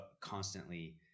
constantly